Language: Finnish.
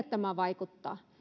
tämä vaikuttaa